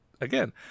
again